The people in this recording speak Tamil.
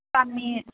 கம்மி